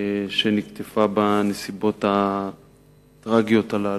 שנקטפה בנסיבות הטרגיות האלה.